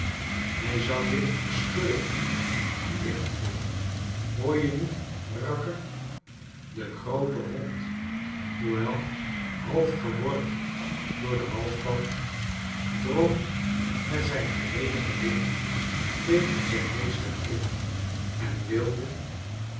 hij zou je verscheuren liggen leeuw hoor je niet rakker de groote hond hoewel half geworgd door den halsbuntl drong met zijn geheele gewicht tegen zijn meester in en wilde